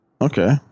Okay